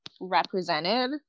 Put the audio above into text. represented